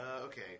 Okay